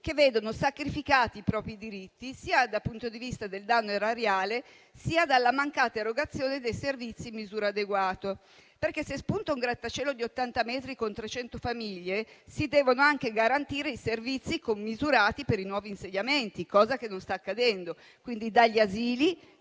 che vedono sacrificati i propri diritti, sia dal punto di vista del danno erariale, sia dalla mancata erogazione dei servizi in misura adeguata. Infatti, se spunta un grattacielo di 80 metri con 300 famiglie, si devono anche garantire servizi commisurati per i nuovi insediamenti, ma questo non sta accadendo: dagli asili,